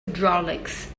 hydraulics